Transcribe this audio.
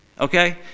Okay